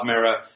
Mirror